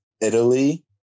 Italy